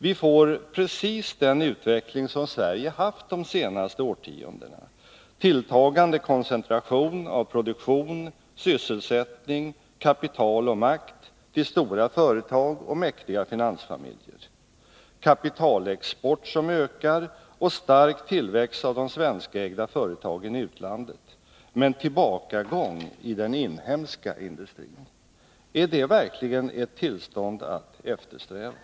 Vi får precis den utveckling som Sverige har haft de senaste årtiondena. Vi får tilltagande koncentration av produktion, sysselsättning, kapital och makt till stora företag och mäktiga finansfamiljer. Vi får en kapitalexport som ökar och en stark tillväxt av de svenskägda företagen i utlandet men tillbakagång i den inhemska industrin. Är det verkligen ett tillstånd att eftersträva?